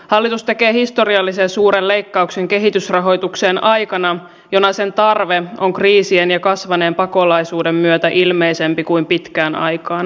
hallitus tekee historiallisen suuren leikkauksen kehitysrahoitukseen aikana jona sen tarve on kriisien ja kasvaneen pakolaisuuden myötä ilmeisempi kuin pitkään aikaan